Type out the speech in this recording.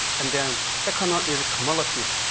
and then the kind that is cumulative.